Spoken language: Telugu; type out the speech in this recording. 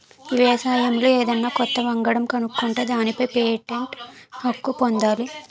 వ్యవసాయంలో ఏదన్నా కొత్త వంగడం కనుక్కుంటే దానిపై పేటెంట్ హక్కు పొందాలి